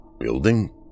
Building